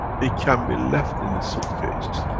it can be left in the suitcase.